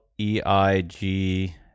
e-i-g